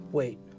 Wait